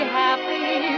happy